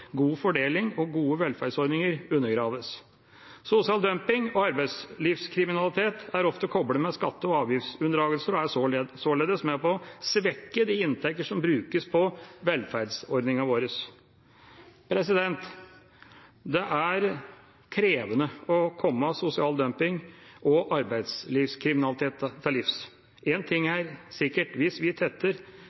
god fordeling og gode velferdsordninger undergraves. Sosial dumping og arbeidslivskriminalitet er ofte koblet med skatte- og avgiftsunndragelser, og er således med på å svekke de inntekter som brukes på velferdsordningene våre. Det er krevende å komme sosial dumping og arbeidslivkriminalitet til livs. Én ting er sikkert: Hvis vi tetter